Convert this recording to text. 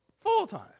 full-time